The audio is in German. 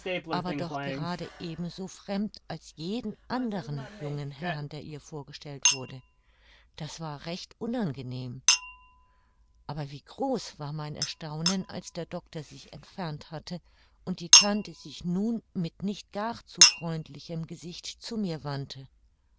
aber doch gerade ebenso fremd als jeden andern jungen herrn der ihr vorgestellt wurde das war recht unangenehm aber wie groß war mein erstaunen als der doctor sich entfernt hatte und die tante sich nun mit nicht gar zu freundlichem gesicht zu mir wandte